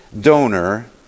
donor